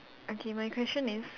okay my question is